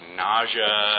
nausea